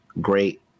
Great